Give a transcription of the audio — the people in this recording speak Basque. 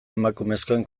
emakumezkoen